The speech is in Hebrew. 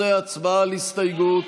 13, הצבעה על ההסתייגות.